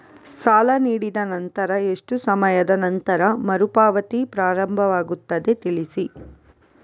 ಸಾಲ ನೀಡಿದ ನಂತರ ಎಷ್ಟು ಸಮಯದ ನಂತರ ಮರುಪಾವತಿ ಪ್ರಾರಂಭವಾಗುತ್ತದೆ ತಿಳಿಸಿ?